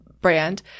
brand